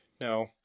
no